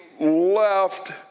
left